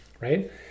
right